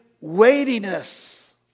weightiness